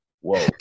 whoa